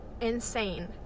insane